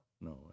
no